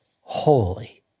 holy